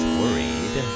worried